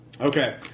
Okay